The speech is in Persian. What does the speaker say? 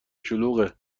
شلوغه